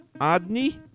Adni